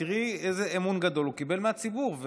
ותראי איזה אמון גדול הוא קיבל מהציבור.